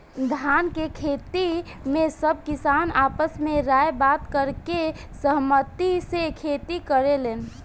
धान के खेती में सब किसान आपस में राय बात करके सहमती से खेती करेलेन